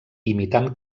imitant